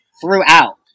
throughout